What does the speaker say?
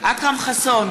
אכרם חסון,